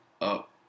up